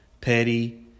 Petty